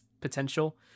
potential